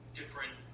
different